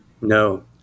No